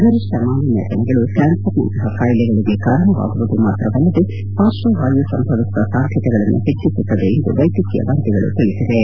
ಗರಿಷ್ಠ ಮಾಲಿನ್ನ ಕಣಗಳು ಕ್ವಾನ್ಸರ್ ನಂತಹ ಕಾಯಿಲೆಗಳಿಗೆ ಕಾರಣವಾಗುವುದು ಮಾತ್ರವಲ್ಲದೆ ಪಾರ್ಶ್ವವಾಯು ಸಂಭವಿಸುವ ಸಾಧ್ಯತೆಗಳನ್ನು ಹೆಚ್ಚಿಸುತ್ತದೆ ಎಂದು ವೈದ್ಯಕೀಯ ವರದಿಗಳು ತಿಳಿಸಿವೆ